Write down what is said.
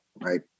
right